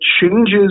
changes